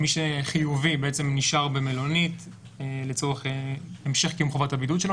מי שחיובי נשאר במלונית לצורך המשך קיום חובת הבידוד שלו,